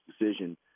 decision